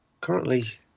currently